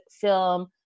film